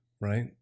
right